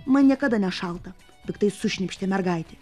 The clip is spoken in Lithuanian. man niekada nešalta piktai sušnypštė mergaitė